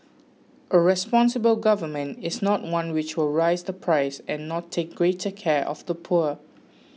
a responsible government is not one which will raise the price and not take greater care of the poor